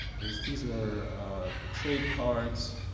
these these were ah trade cards